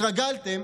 התרגלתם